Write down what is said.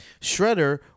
Shredder